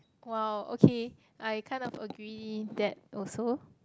!wow! okay I kind of agree that also